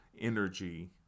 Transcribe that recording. energy